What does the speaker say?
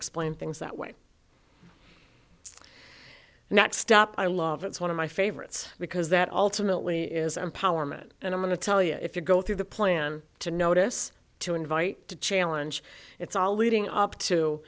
explain things that way next stop i love it's one of my favorites because that ultimately is empowerment and i'm going to tell you if you go through the plan to notice to invite to challenge it's all leading up to